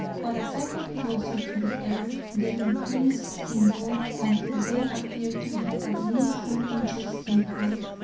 but as i got closer to the earth they increased in bulk until they appeared to be at least three inches in height,